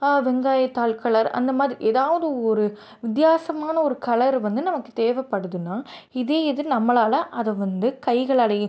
வெங்காயத்தாள் colour அந்தமாதிரி எதாவது ஒரு வித்தியாசமான ஒரு கலர் வந்து நமக்கு தேவைப்படுதுன்னா இதே இது நம்மளால் அதை வந்து கைகளாலையே